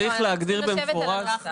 צריך להגדיר במדויק.